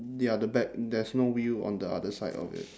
ya the back there's no wheel on the other side of it